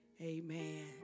Amen